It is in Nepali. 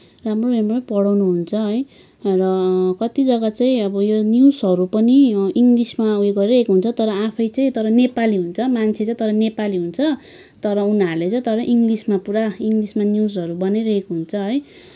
राम्रो राम्रै पढाउनुहुन्छ है र कति जग्गा चाहिँ अब यो न्युजहरू पनि इङ्ग्लिसमा उयो गरिरहेको हुन्छ तर आफै चाहिँ तर नेपाली हुन्छ मान्छे चाहिँ तर नेपाली हुन्छ तर उनीहरूले चाहिँ तर इङ्ग्लिसमा पुरा इङ्ग्सिसमा न्युजहरू भनिरहेको हुन्छ है